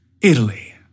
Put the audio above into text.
Italy